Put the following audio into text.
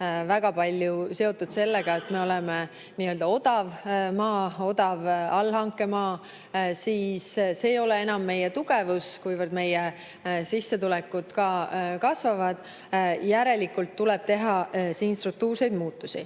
väga palju seotud sellega, et me oleme olnud nii-öelda odav maa, odav allhankemaa, aga see ei ole enam meie tugevus, kuivõrd meie sissetulekud kasvavad. Järelikult tuleb teha struktuurseid muudatusi.